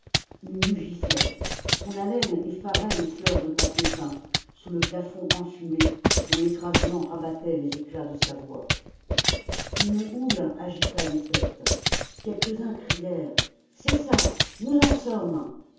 il mugissait son haleine effarait les fleurs de papier peint sous le plafond enfumé dont l'écrasement rabattait les éclats de sa voix une houle agita les têtes quelques-uns crièrent c'est ça nous en sommes